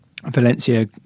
Valencia